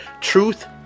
Truth